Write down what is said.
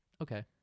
Okay